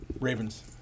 Ravens